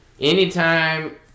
Anytime